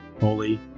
Holy